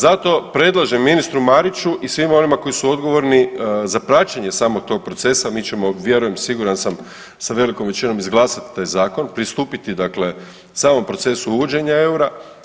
Zato predlažem ministru Mariću i svima onima koji su odgovorni za praćenje samog tog procesa mi ćemo vjerujem, siguran sam sa velikom većinom izglasati taj zakon, pristupiti dakle samom procesu uvođenja eura.